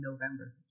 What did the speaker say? November